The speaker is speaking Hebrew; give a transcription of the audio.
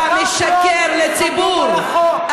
אתה משקר לציבור.